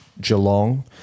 Geelong